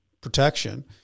protection